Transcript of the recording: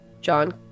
John